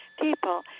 people